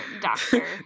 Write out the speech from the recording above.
Doctor